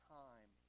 time